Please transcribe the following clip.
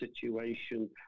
situation